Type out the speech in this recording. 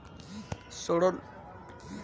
सड़न प्रधौगिकी का होखे?